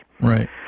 Right